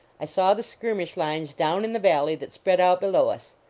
i saw the skir mish lines down in the valley that spread out below us.